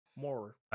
more